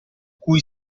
cui